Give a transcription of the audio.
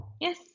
Yes